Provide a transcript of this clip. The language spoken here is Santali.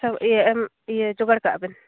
ᱤᱭᱟ ᱡᱚᱜᱟᱲ ᱠᱟᱜ ᱵᱮᱱ